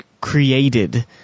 created